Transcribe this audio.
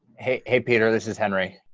hey. hey, peter, this is henry.